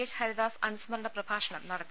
H Haridas അനുസ്മരണ പ്രഭാഷണം നടത്തി